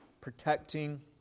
Protecting